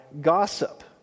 gossip